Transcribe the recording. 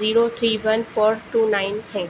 zero three one four two nine है